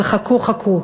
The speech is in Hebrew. אבל חכו-חכו,